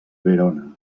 verona